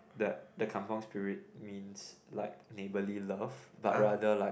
the the Kampung spirit means like neighbourly love but rather like